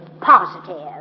Positive